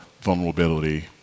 vulnerability